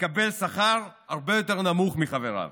יקבל שכר הרבה יותר נמוך מחבריו.